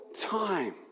time